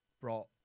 brought